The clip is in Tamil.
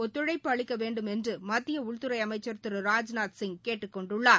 ஒத்துழைப்பு அளிக்கவேண்டும் என்று மத்திய உள்துறை அமைச்சர் திரு ராஜ்நாத் சிங் கேட்டுக்கொண்டுள்ளார்